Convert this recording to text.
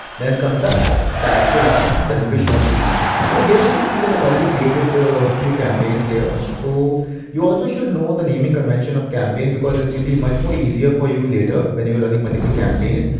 then comes the ads, the actual ads that will be shown to these people. so here you can see that i've only created few campaigns here. so you also should know the naming convention of campaign because it will be much more easier for you later, when you're running multiple campaigns.